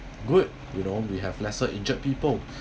good you know we have lesser injured people